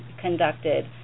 conducted